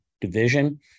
division